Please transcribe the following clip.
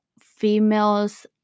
females